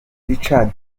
richard